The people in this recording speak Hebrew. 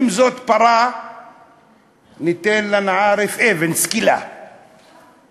אם זאת פרה ניתן לה, אנא-ערף, אבן, סקילה, בסדר?